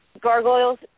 gargoyles